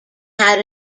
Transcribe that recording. had